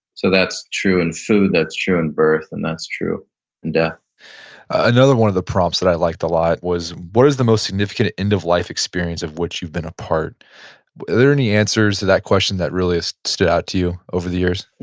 so, that's true in food, that's true in birth and that's true in death another one of the prompts that i liked a lot was what is the most significant end of life experience of which you've been a part? are there any answers to that question that really stood out to you over the years? and